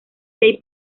key